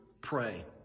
pray